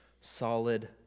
solid